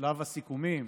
הסיכומים,